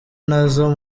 nazo